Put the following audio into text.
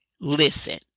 Listen